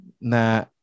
na